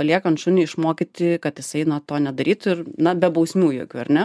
paliekant šunį išmokyti kad jisai na to nedarytų ir na be bausmių jokių ar ne